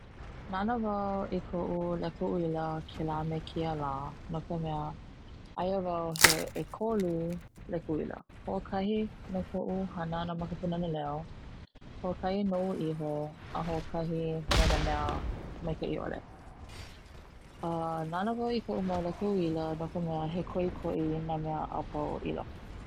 Nana wau i koʻu leka uila kela me keia lā, no ka mea aia wau he ʻekolu leka uila, hoʻokahi no koʻu hana ana ma ka punana leo, hoʻokahi noʻu iho, a hoʻokahi me na mea maikaʻi ʻole, nana wau i koʻu mau leka uila, no ka mea he koʻikoʻi na mea apau i loko.